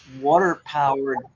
water-powered